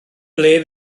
ble